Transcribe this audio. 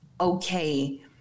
okay